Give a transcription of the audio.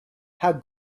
how